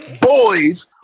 boys